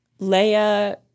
Leia